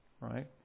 right